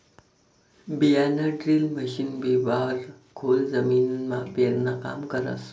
बियाणंड्रील मशीन बिवारं खोल जमीनमा पेरानं काम करस